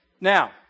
Now